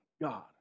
God